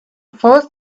first